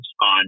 on